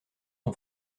son